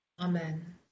Amen